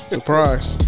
Surprise